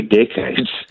decades